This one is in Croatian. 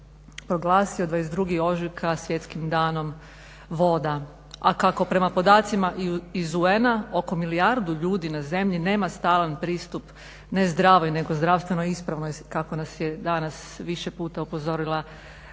proglasio 22. ožujka svjetskim danom voda, a kako prema podacima iz UN-a oko milijardu ljudi na zemlji nema stalan pristup ne zdravoj nego zdravstveno ispravnoj kako nas je danas više puta upozorila kolegica